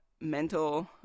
mental